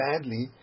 badly